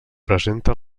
presenta